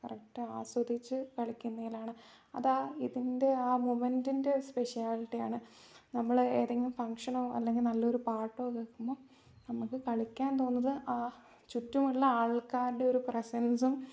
correct ആസ്വദിച്ചു കളിക്കുന്നതിലാണ് അതാണ് ഇതിൻ്റെ ആ മൊമെൻ്റിൻ്റെ സ്പെഷ്യാലിറ്റി ആണ് നമ്മൾ ഏതെങ്കിലും ഫംങ്ഷനോ അല്ലെങ്കിൽ നല്ല ഒരു പാട്ടോ കേൾക്കുമ്പം നമുക്ക് കളിക്കാൻ തോന്നിയത് ആ ചുറ്റുമുള്ള ആൾക്കാരുടെ ഒരു പ്രസൻസും